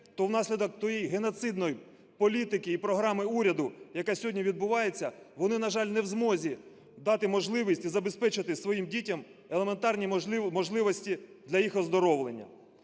то внаслідок тієї геноцидної політики і програми уряду, яка сьогодні відбувається, вони, на жаль, не в змозі дати можливість і забезпечити своїм дітям елементарні можливості для їх оздоровлення.